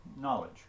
knowledge